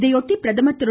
இதையொட்டி பிரதமர் திரு